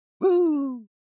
Woo